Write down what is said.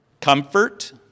comfort